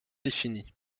définie